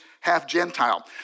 half-Gentile